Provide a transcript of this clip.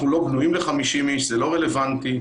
אנחנו לא בנויים ל-50 איש, זה לא רלוונטי.